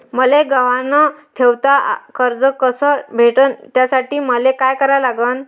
मले गहान न ठेवता कर्ज कस भेटन त्यासाठी मले का करा लागन?